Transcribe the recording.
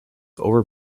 over